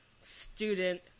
student